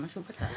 זה מה שהוא כתב.